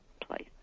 place